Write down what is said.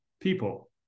people